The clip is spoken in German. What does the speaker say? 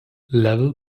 level